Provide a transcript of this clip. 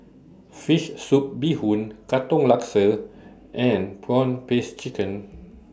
Fish Soup Bee Hoon Katong Laksa and Prawn Paste Chicken